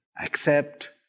accept